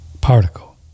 particle